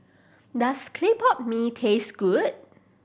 does clay pot mee taste good